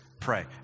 pray